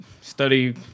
study